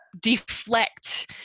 deflect